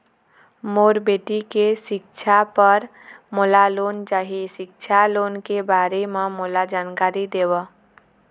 मोर बेटी के सिक्छा पर मोला लोन चाही सिक्छा लोन के बारे म मोला जानकारी देव?